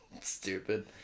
Stupid